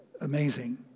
Amazing